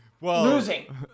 losing